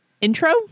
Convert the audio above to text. intro